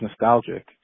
nostalgic